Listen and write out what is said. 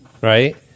right